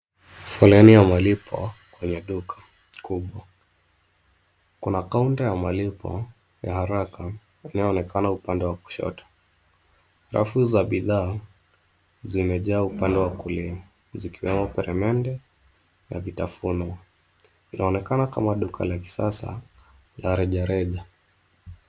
Foleni ya malipo kwenye duka kubwa. Kuna kaunta ya malipo ya haraka inayoonekana upande wa kushoto. Rafu za bidhaa zimejaa upande wa kulia zikiwemo peremende na vitafunio. Inaonekana kama duka la kisasa la rejareja.